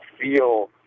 feel